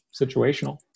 situational